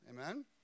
amen